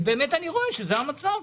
ובאמת אני רואה שזה המצב.